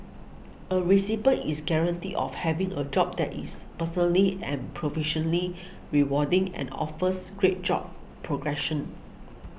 a recipient is guaranteed of having a job that is personally and profession lea rewarding and offers great job progression